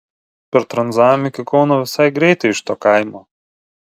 partranzavom iki kauno visai greitai iš to kaimo